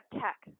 tech